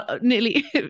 nearly